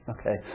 okay